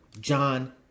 John